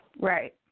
Right